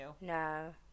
No